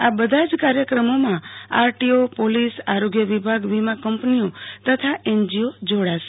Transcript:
આ બધા જ કાર્યક્રમોમાં આરટીઓ પોલીસ આરોગ્ય વિભાગ વીમા કંપનીઓ તથા એનજીઓ જોડાશે